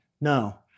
No